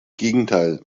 gegenteil